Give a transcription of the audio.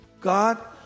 God